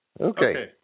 Okay